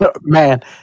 man